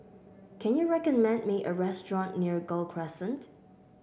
can you recommend me a restaurant near Gul Crescent